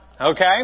Okay